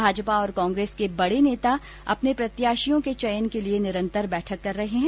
भाजपा और कांग्रेस के बड़े नेता अपने प्रत्याशियों के चयन के लिए निरंतर बैठक कर रहे हैं